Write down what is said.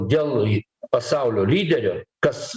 dėl pasaulio lyderių kas